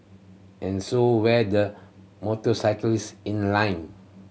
and so were the motorcyclists in line